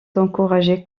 d’encourager